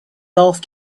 golf